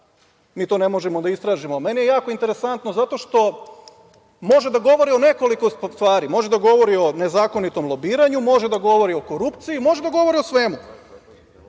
mi to ne možemo da istražimo – meni je jako interesantno, zato što može da govori o nekoliko stvari. Može da govori o nezakonitom lobiranju, može da govori o korupciji, može da govori o svemu.